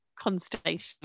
constellation